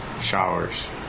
showers